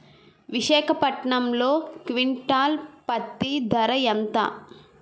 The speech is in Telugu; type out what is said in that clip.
విశాఖపట్నంలో క్వింటాల్ పత్తి ధర ఎంత?